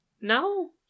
No